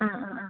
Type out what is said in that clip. ആ ആ ആ